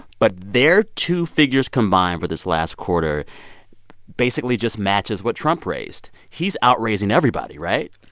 but their two figures combined for this last quarter basically just matches what trump raised. he's outraising everybody, right?